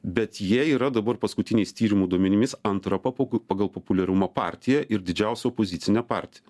bet jie yra dabar paskutiniais tyrimų duomenimis antra popu pagal populiarumą partija ir didžiausia opozicinė partija